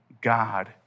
God